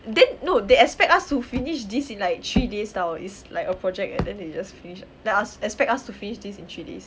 then no they expect us to finish this in like three days [tau] it's like a project eh then they just finish they as~ expect us to finish this in three days